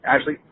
Ashley